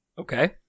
Okay